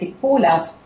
fallout